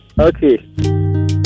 Okay